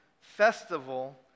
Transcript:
festival